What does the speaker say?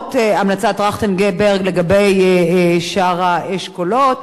למרות המלצות טרכטנברג לגבי שאר האשכולות.